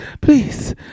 please